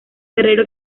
guerrero